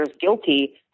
guilty